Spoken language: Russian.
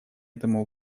этому